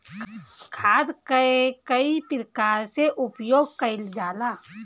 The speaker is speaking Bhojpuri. खाद कअ कई प्रकार से उपयोग कइल जाला